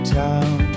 town